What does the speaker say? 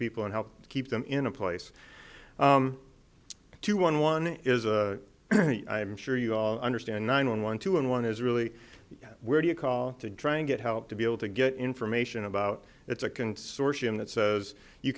people and help keep them in a place to one one is a i'm sure you all understand nine one one two and one is really where do you call to try and get help to be able to get information about it's a consortium that says you